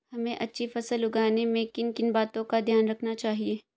हमें अच्छी फसल उगाने में किन किन बातों का ध्यान रखना चाहिए?